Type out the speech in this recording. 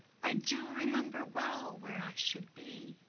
i do remember well where i should be,